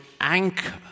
anchor